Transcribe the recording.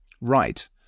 Right